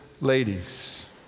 Ladies